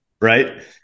right